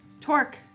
Torque